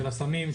של הסמים,